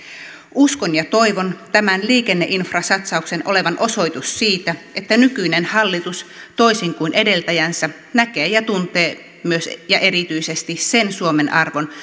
uskon ja toivon tämän liikenneinfrasatsauksen olevan osoitus siitä että nykyinen hallitus toisin kuin edeltäjänsä näkee ja tuntee myös erityisesti sen suomen arvon